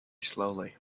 slowly